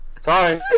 Sorry